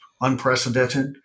unprecedented